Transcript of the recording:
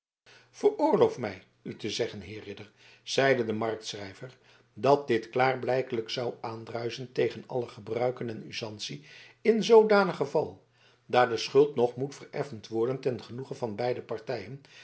veroorloof mij u te zeggen heer ridder zeide de marktschrijver dat dit klaarblijkelijk zou aandruisen tegen alle gebruiken en usantie in zoodanig geval daar de schuld nog moet vereffend worden ten genoegen van beide partijen